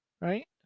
Right